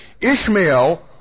Ishmael